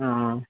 હં હં